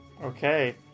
Okay